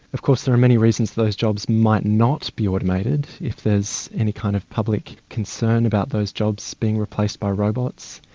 of course there are many reasons those jobs might not be automated if there is any kind of public concern about those jobs being replaced by robots.